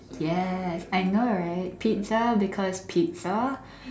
yes I know right pizza because pizza